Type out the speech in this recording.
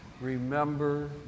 Remember